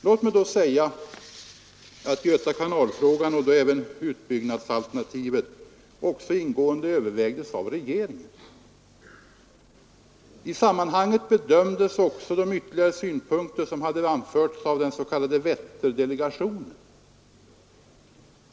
Låt mig då säga att Göta kanal-frågan och då även utbyggnadsalternativet också ingående övervägdes av regeringen. I sammanhanget bedömdes också de ytterligare synpunkter som hade anförts av den s.k. Vätterdelegationen.